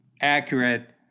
accurate